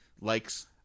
likes